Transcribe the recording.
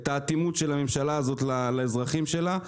את האטימות של הממשלה הזאת לאזרחים שלה.